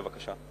בבקשה.